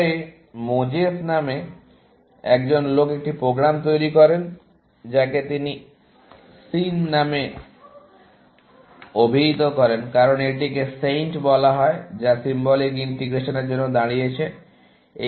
পরে মোজেস নামে একজন লোক একটি প্রোগ্রাম তৈরি করেন যাকে তিনি SIN নামে অভিহিত করেন কারণ এটিকে SAINT বলা হয় যা সিম্বলিক ইন্টিগ্রেশনের জন্য দাঁড়িয়েছে